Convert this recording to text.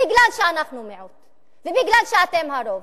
בגלל שאנחנו מיעוט ובגלל שאתם הרוב.